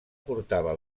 portava